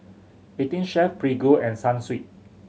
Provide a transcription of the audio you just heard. Eighteen Chef Prego and Sunsweet